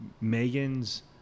Megan's